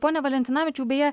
pone valentinavičiau beje